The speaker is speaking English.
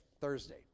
Thursday